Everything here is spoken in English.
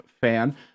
fan